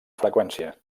freqüència